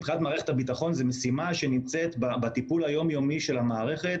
מבחינת מערכת הביטחון זו משימה שנמצאת בטיפול היומיומי של המערכת